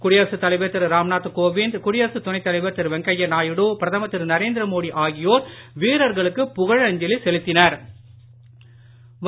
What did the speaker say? குடியரசுத்தலைவர்திருராம்நாத்கோவிந்த் குடியரசுத்துணைதலைவர்திருவெங்கய்யநாயுடு பிரதமர்திருநரேந்திரமோடிஆகியோர்வீரர்களுக்குபுகழஞ்சலிசெலுத்தியுள் ளனர்